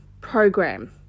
program